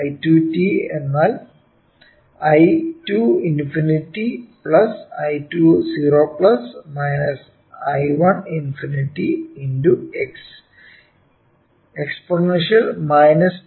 I2 എന്നാൽ I2∞I20 I1∞ x e t 𝜏 ആണ്